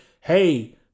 hey